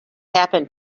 happen